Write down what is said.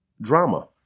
drama